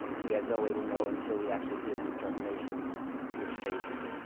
we had no way to know until we actually did the interpolations which phase we were in.